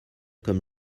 comme